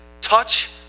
touch